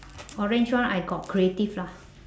orange one I got creative lah